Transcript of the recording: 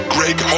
Greg